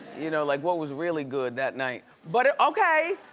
you know? like what was really good that night? but okay,